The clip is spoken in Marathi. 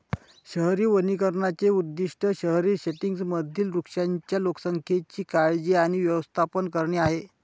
शहरी वनीकरणाचे उद्दीष्ट शहरी सेटिंग्जमधील वृक्षांच्या लोकसंख्येची काळजी आणि व्यवस्थापन करणे आहे